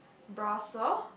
Brussels